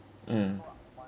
mm